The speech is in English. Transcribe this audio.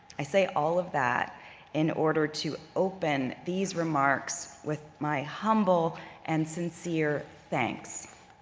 i say all of that in order to open these remarks with my humble and sincere thanks.